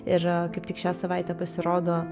ir kaip tik šią savaitę pasirodo